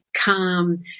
calm